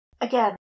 again